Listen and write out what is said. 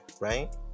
right